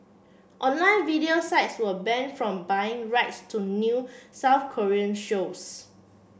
online video sites were banned from buying rights to new South Korean shows